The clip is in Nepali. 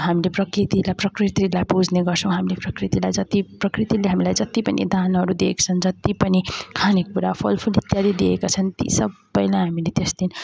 हामीले प्रकृतिलाई प्रकृतिलाई पुज्ने गर्छौँ हामीले प्रकृतिलाई जति प्रकृतिले हामीलाई जति पनि दानहरू दिएको छन् जति पनि खाने कुरा फलफुल इत्यादि दिएका छन् ती सबैलाई हामीले त्यस दिन